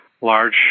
large